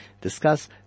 discuss